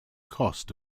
cost